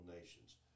nations